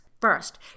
First